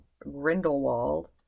Grindelwald